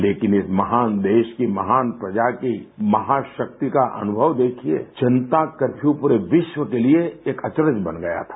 लेकिन इस महान देश की महान प्रजा की महाशक्ति का अनुभव देखिये जनता कर्फ्यू पूरे विश्व के लिए एक अचरज बन गया था